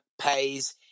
pays